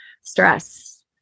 stress